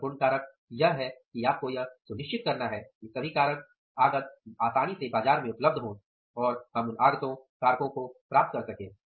महत्वपूर्ण कारक यह है कि आपको यह सुनिश्चित करना है कि सभी कारक आगत आसानी से बाजार में उपलब्ध हों और हम उन आगतों कारकों को प्राप्त कर सकें